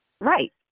Right